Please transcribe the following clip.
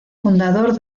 fundador